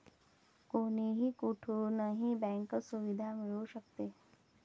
कोणीही कुठूनही बँक सुविधा मिळू शकते